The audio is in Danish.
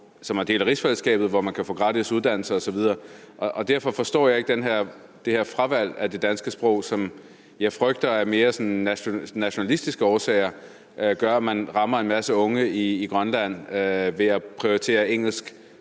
som er en del af rigsfællesskabet, og hvor man kan få gratis uddannelse osv. Derfor forstår jeg ikke det her fravalg af det danske sprog, som jeg frygter mere har noget med nationalistiske årsager at gøre, for man rammer en masse unge i Grønland ved at prioritere engelsk